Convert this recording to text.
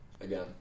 again